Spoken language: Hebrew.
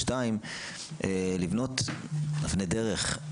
דבר שני, לבנות אבני דרך.